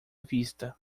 vista